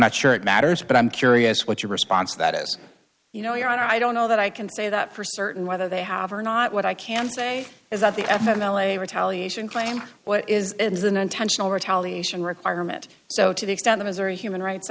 not sure it matters but i'm curious what your response to that is you know your honor i don't know that i can say that for certain whether they have or not what i can say is that the f m l a retaliation claim what is it is an intentional retaliation requirement so to the extent the missouri human rights